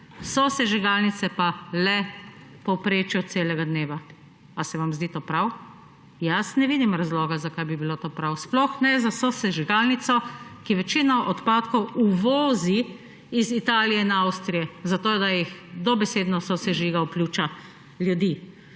sosežigalnice pa le v povprečju celega dneva. Ali se vam zdi to prav? Jaz ne vidim razloga, zakaj bi bilo to prav, sploh za sosežigalnico, ki večino odpadkov uvozi iz Italije in Avstrije, zato da jih dobesedno sosežiga v pljuča ljudi.